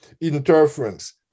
interference